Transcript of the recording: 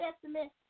Testament